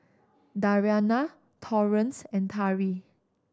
Dariana Torrance and Tari